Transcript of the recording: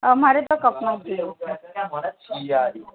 અમારે તો કપમાં પીવો પડસે